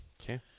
Okay